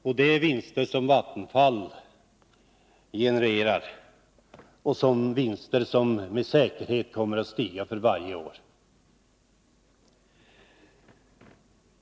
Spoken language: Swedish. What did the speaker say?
Det är vinster som Vattenfall genererar — vinster som med säkerhet kommer att stiga för varje år.